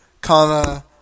comma